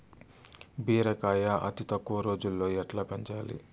బీరకాయ అతి తక్కువ రోజుల్లో ఎట్లా పెంచాలి?